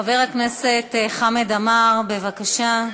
חבר הכנסת חמד עמאר, בבקשה.